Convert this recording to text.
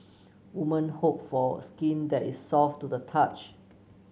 women hope for skin that is soft to the touch